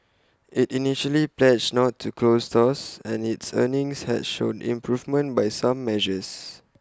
IT initially pledged not to close stores and its earnings had shown improvement by some measures